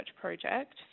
project